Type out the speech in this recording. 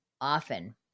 often